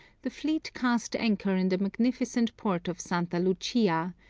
the fleet cast anchor in the magnificent port of santa lucia,